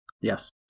Yes